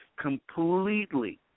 completely